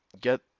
get